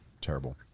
terrible